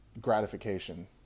gratification